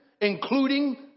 including